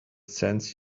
sends